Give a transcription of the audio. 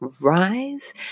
Rise